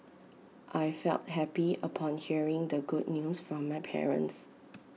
I felt happy upon hearing the good news from my parents